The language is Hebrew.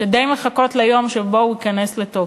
שדי מחכות ליום שבו הוא ייכנס לתוקף.